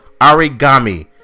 Origami